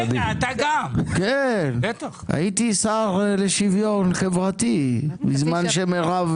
הייתי שר לשוויון חברתי בזמן שמירב